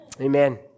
Amen